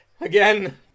again